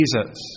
Jesus